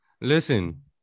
Listen